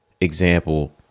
example